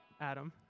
Adam